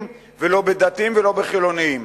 ולא בדתיים ולא בחילונים.